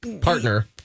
partner